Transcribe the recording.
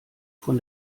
von